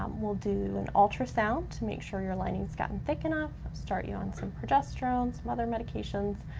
um we'll do an ultrasound to make sure your linings gotten thick enough, start you on some progesterone, some other medications,